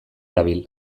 dabil